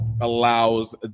allows